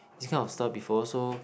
this kind of stuff before so